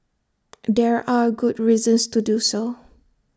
there are good reasons to do so